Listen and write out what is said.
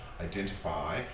identify